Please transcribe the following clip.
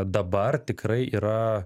dabar tikrai yra